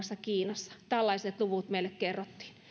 muassa kiinassa tällaiset luvut meille kerrottiin